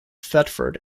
thetford